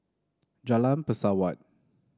Jalan Pesawat